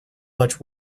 much